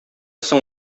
соң